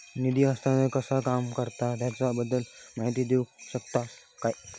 निधी हस्तांतरण कसा काम करता ह्याच्या बद्दल माहिती दिउक शकतात काय?